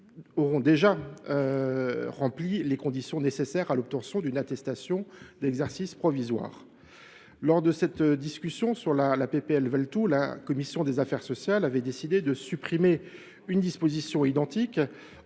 par ailleurs les conditions nécessaires à l’obtention d’une attestation d’exercice provisoire. Lors de la discussion que je viens d’évoquer, la commission des affaires sociales avait décidé de supprimer une disposition identique,